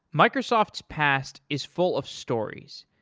microsoft's past is full of stories.